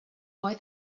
why